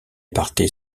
partait